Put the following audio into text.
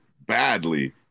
badly